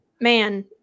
man